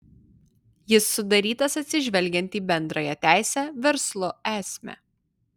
jis sudarytas atsižvelgiant į bendrąją teisę verslo esmę